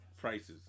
prices